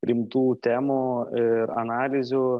rimtų temų ir analizių